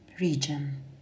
region